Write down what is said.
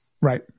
Right